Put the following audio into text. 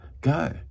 go